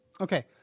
okay